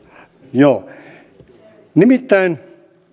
joo nimittäin